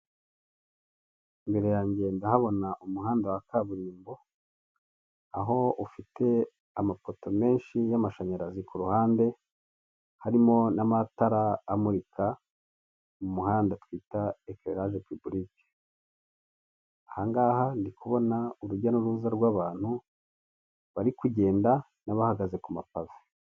Imbere yanjye ndahabona umuhanda wa kaburimbo aho ufite amapoto menshi y'amashanyarazi ku ruhande, harimo n'amatara amurika mu muhanda twita ekeraje pibirike, ahangaha ndi kubona urujya n'uruza rw'abantu bari kugenda n’abahagaze ku mapave.